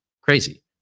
crazy